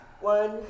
One